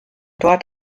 dort